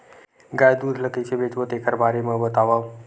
गाय दूध ल कइसे बेचबो तेखर बारे में बताओ?